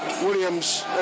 Williams